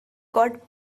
got